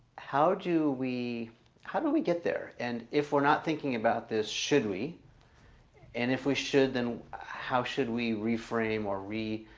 how do we how do we get there and if we're not thinking about this should we and if we should then how should we reframe or re?